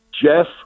Jeff